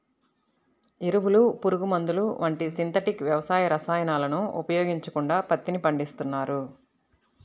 ఎరువులు, పురుగుమందులు వంటి సింథటిక్ వ్యవసాయ రసాయనాలను ఉపయోగించకుండా పత్తిని పండిస్తున్నారు